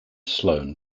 sloan